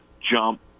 jump